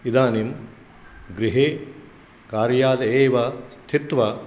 इदानीं गृहे कार्यालयेव स्थित्वा